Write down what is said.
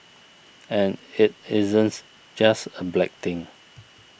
and it isn't just a black thing